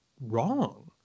wrong